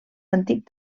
antic